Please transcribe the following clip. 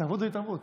התערבות